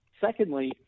Secondly